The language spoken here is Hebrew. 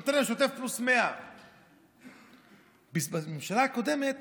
הוא נותן להם שוטף פלוס 100. בממשלה הקודמת